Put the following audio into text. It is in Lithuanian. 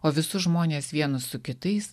o visus žmones vienus su kitais